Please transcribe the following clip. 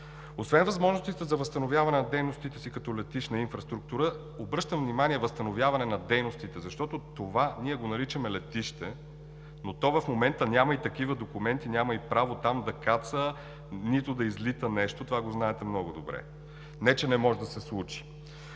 Освен възможностите за възстановяване на дейностите си като летищна инфраструктура, обръщам внимание – възстановяване на дейностите, защото това ние го наричаме летище, но то в момента няма и такива документи, няма и право там да каца, нито да излита нещо. Това го знаете много добре, не че не може да се случи.